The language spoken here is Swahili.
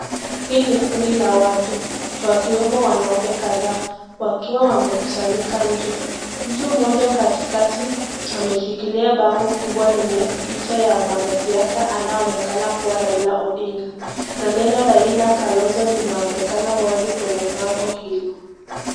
Hii ni kundi la watu wakiwemo wanaume kathaa, wakiwa wamekusanyika nje. Mtu moja katikati ameshikilia bango kubwa lenye picha ya mwana siasa anao onekana kuwa Raila. Na neno Raila, KALONZO linaonekana kwenye bango hilo.